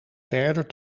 verder